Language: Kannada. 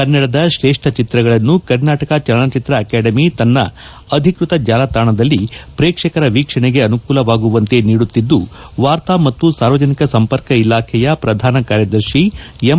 ಕನ್ನಡದ ತ್ರೇಷ್ಠ ಚಿತ್ರಗಳನ್ನು ಕರ್ನಾಟಕ ಚಲನಚಿತ್ರ ಅಕಾಡೆಮಿ ತನ್ನ ಅಧಿಕೃತ ಜಾಲತಾಣದಲ್ಲಿ ಪ್ರೇಕ್ಷಕರ ವೀಕ್ಷಣೆಗೆ ಅನುಕೂಲವಾಗವಂತೆ ನೀಡುತ್ತಿದ್ದು ವಾರ್ತಾ ಮತ್ತು ಸಾರ್ವಜನಿಕ ಸಂಪರ್ಕ ಇಲಾಖೆಯ ಪ್ರಧಾನ ಕಾರ್ಯದರ್ತಿ ಎಂ